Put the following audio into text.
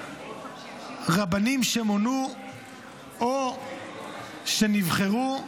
רבנים שמונו או שנבחרו,